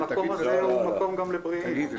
המקום הזה הוא מקום גם לבריאים.